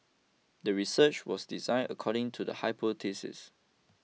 the research was designed according to the hypothesis